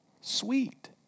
sweet